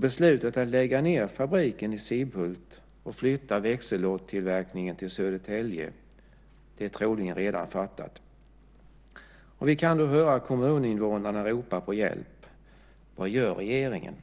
Beslutet att lägga ned fabriken i Sibbhult och flytta växellåstillverkningen till Södertälje är troligen redan fattat. Vi kan höra kommuninvånarna ropa på hjälp. Vad gör regeringen?